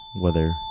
Weather